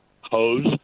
hose